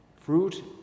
fruit